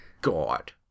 God